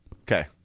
Okay